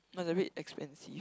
but it's a bit expensive